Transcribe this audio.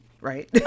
right